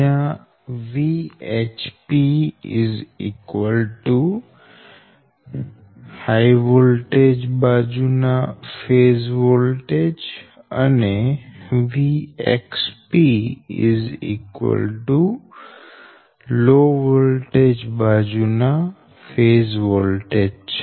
જયાંVHP high voltage બાજુ ના phase voltage અને VXP લો વોલ્ટેજ બાજુ ના ફેઝ વોલ્ટેજ છે